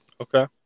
Okay